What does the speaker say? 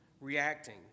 reacting